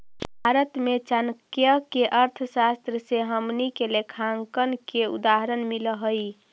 भारत में चाणक्य के अर्थशास्त्र से हमनी के लेखांकन के उदाहरण मिल हइ